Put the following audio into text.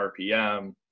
RPM